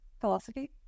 Philosophy